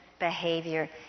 behavior